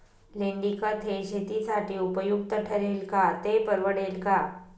लेंडीखत हे शेतीसाठी उपयुक्त ठरेल का, ते परवडेल का?